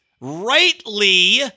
rightly